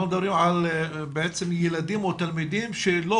אנחנו מדברים על ילדים ותלמידים שלא